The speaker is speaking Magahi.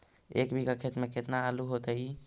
एक बिघा खेत में केतना आलू होतई?